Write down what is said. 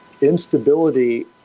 Instability